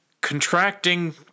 contracting